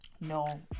no